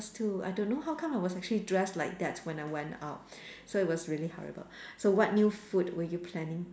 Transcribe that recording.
too I don't know how come I was actually dressed like that when I went out so it was really horrible so what new food were you planning